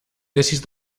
tesis